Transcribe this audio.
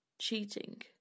cheating